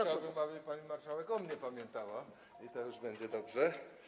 Chciałbym, aby pani marszałek o mnie pamiętała, i to już będzie dobrze.